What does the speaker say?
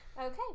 Okay